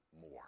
more